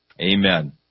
Amen